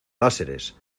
láseres